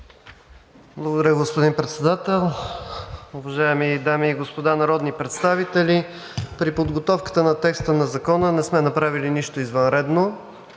Благодаря, господин Председател. Уважаеми дами и господа народни представители, при подготовката на текста на Закона не сме направили нищо извънредно.